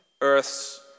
earths